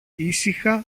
ήσυχα